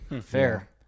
fair